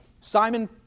Simon